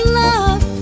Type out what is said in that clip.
love